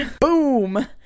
Boom